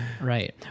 right